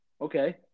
Okay